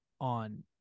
on